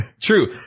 True